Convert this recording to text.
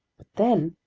but then,